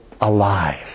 alive